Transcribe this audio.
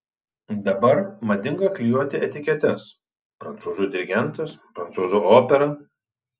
dabar madinga klijuoti etiketes prancūzų dirigentas prancūzų opera